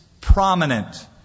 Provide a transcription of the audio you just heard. prominent